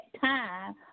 time